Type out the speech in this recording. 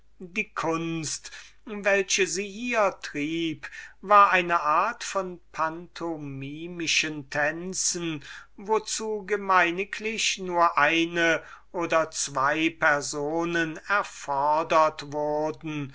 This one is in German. die kunst welche sie hier trieb war eine art von pantomimischen tänzen wozu gemeiniglich nur eine oder zwo personen erfordert wurden